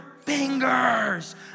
fingers